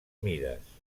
mides